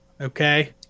Okay